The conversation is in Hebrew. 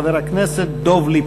חבר הכנסת דב ליפמן.